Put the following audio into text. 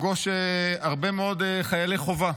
לפגוש הרבה מאוד חיילי חובה,